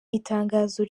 itangazo